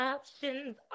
Options